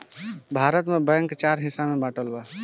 भारत में बैंक चार हिस्सा में बाटल बा